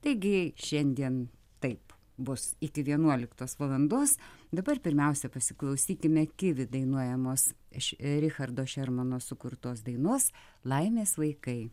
taigi šiandien taip bus iki vienuoliktos valandos dabar pirmiausia pasiklausykime kivi dainuojamos iš richardo šermano sukurtos dainos laimės vaikai